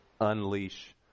unleash